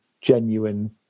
genuine